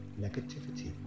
Negativity